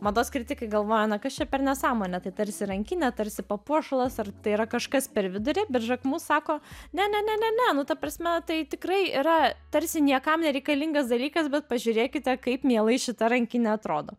mados kritikai galvojo na kas čia per nesąmonė tai tarsi rankinė tarsi papuošalas ar tai yra kažkas per vidurį ber žakmu sako ne ne ne ne ne nu ta prasme tai tikrai yra tarsi niekam nereikalingas dalykas bet pažiūrėkite kaip mielai šita rankinė atrodo